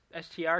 STR